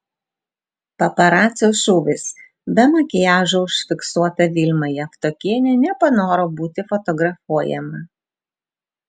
paparacio šūvis be makiažo užfiksuota vilma javtokienė nepanoro būti fotografuojama